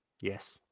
Yes